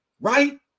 right